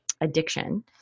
addiction